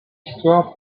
histoire